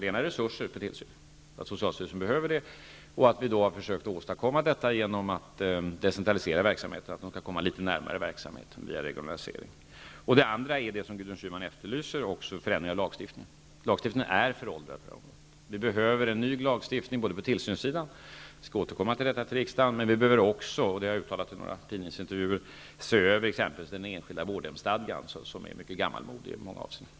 Det ena är resurser för tillsyn, som socialstyrelsen behöver, och vi har försökt åstadkomma detta genom att decentralicera verksamheten, via regionalisering. Det andra är det som Gudrun Schyman efterlyser, nämligen en förändring av lagstiftningen. Den är föråldrad, och det behövs en ny sådan på tillsynssidan -- vi återkommer med detta till riksdagen. Det behövs också, som jag har uttalat i några tidningsintervjuer, en översyn av den enskilda vårdhemsstadgan, som är mycket gammalmodig i många avseenden.